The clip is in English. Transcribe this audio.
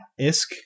ISK